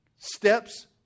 Steps